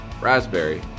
raspberry